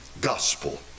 gospel